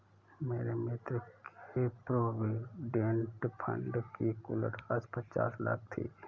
मेरे मित्र के प्रोविडेंट फण्ड की कुल राशि पचास लाख थी